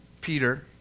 Peter